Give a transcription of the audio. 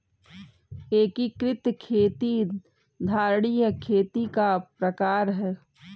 एकीकृत खेती धारणीय खेती का प्रकार है